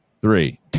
three